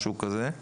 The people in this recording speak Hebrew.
משהו כזה.